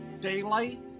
daylight